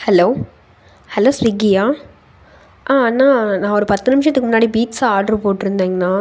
hello hello ஸ்விகியா ஆ அண்ணா நான் ஒரு பத்து நிமிஷத்துக்கு முன்னாடி பீட்ஸா ஆர்டர் போட்டிருந்தேங்ண்ணா